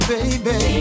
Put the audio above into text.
Baby